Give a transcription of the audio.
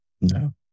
No